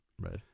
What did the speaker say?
Right